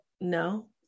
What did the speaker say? no